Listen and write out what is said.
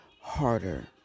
harder